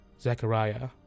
Zechariah